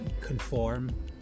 conform